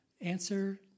answer